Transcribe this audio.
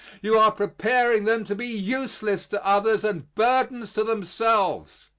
you are preparing them to be useless to others and burdens to themselves.